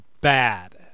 bad